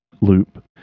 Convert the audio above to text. loop